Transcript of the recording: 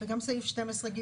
וגם סעיף 12ג,